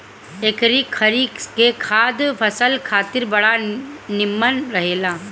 एकरी खरी के खाद फसल खातिर बड़ा निमन रहेला